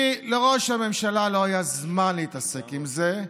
כי לראש הממשלה לא היה זמן להתעסק עם זה.